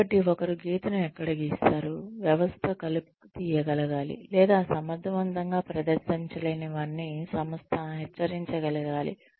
కాబట్టి ఒకరు గీతను ఎక్కడ గీస్తారు వ్యవస్థ కలుపు తీయగలగాలి లేదా సమర్థవంతంగా ప్రదర్శించలేని వారిని సంస్థ హెచ్చరించగలగాలి